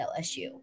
LSU